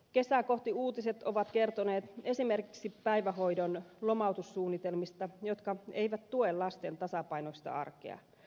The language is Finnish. kesää kohti uutiset ovat kertoneet esimerkiksi päivähoidon lomautussuunnitelmista jotka eivät tue lasten tasapainoista arkea